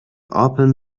open